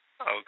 Okay